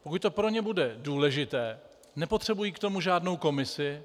Pokud to pro ně bude důležité, nepotřebují k tomu žádnou komisi.